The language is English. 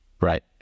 Right